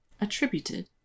attributed